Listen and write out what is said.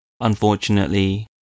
unfortunately